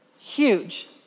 huge